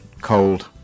Cold